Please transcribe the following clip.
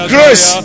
Grace